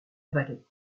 valley